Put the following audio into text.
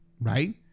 right